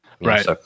Right